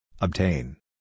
Obtain